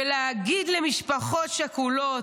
ולהגיד למשפחות שכולות: